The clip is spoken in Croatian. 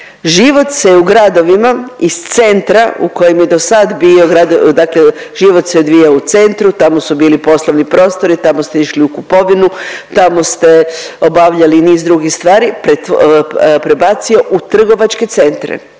Život se u gradovima iz centra u kojem je dosad bio dakle život se odvijao u centru, tamo su bili poslovni prostori, tamo ste išli u kupovinu, tamo ste obavljali niz drugih stvari pretvo… prebacio u trgovačke centre.